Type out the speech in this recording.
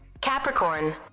Capricorn